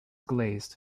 glazed